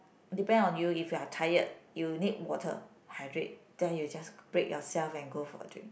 depend on you if you are tired you need water hydrate then you just break yourself and go for a drink